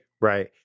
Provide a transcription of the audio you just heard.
Right